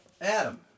Adam